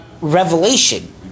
revelation